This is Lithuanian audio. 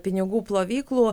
pinigų plovyklų